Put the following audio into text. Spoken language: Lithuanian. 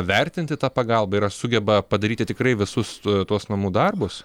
vertinti tą pagalbą ir ar sugeba padaryti tikrai visus tuos namų darbus